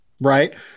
Right